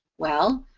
well,